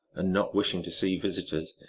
and not wishing to see visitors,